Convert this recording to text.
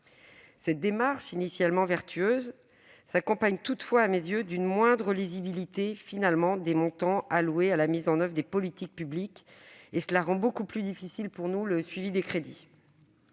Cette démarche initialement vertueuse s'accompagne toutefois, à mes yeux, d'une moindre lisibilité des montants alloués à la mise en oeuvre des politiques publiques, ce qui rend beaucoup plus difficile, pour nous, le suivi des crédits.